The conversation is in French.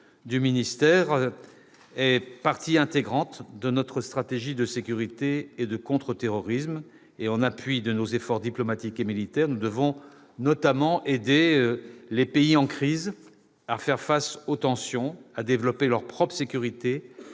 du ministère fait partie intégrante de notre stratégie de sécurité et de contre-terrorisme. En appui à nos efforts diplomatiques et militaires, nous devons notamment aider les pays en crise à faire face aux tensions, à développer leur propre sécurité,